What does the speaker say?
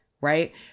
right